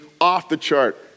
off-the-chart